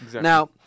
Now